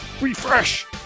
refresh